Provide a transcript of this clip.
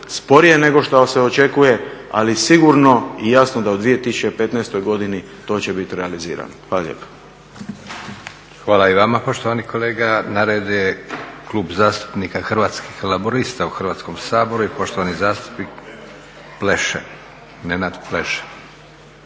sporije nego što se očekuje ali sigurno i jasno sa u 2015.godini to će biti realizirano. Hvala lijepo. **Leko, Josip (SDP)** Hvala i vama poštovani kolega. Na redu je Klub zastupnika Hrvatskih laburista u Hrvatskom saboru i poštovani zastupnik Pleše,